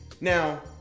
now